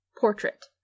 portrait